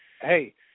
Hey